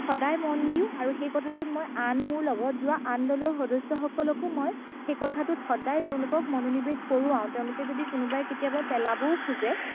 সদায় মন দিওঁ আৰু সেই কথাটোত মই আন মোৰ লগত যোৱা আন দলৰ সদস্য সকলকো মই সেই কথাটোত সদায় তেওঁলোকক মনোনিৱেশ কৰোঁৱাও তেওঁলোকে যদি কোনোবাই কেতিয়াবা পেলাবও খোজে